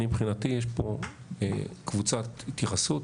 מבחינתי יש פה קבוצת התייחסות